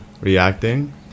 reacting